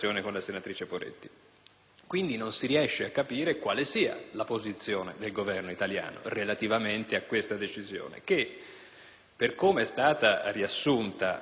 quindi, a capire quale sia la posizione del Governo italiano relativamente a questa decisione che, per come è stata riassunta nella